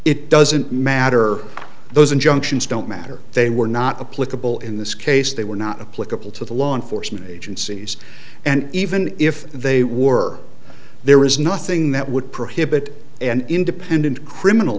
it doesn't matter those injunctions don't matter they were not a political in this case they were not a political to the law enforcement agencies and even if they were there is nothing that would prohibit an independent criminal